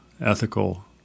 ethical